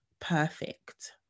perfect